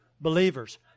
believers